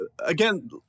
again